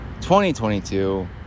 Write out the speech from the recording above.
2022